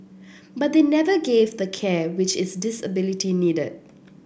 but they never gave the care which its disability needed